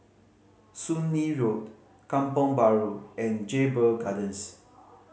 Soon Lee Road Kampong Bahru and Jedburgh Gardens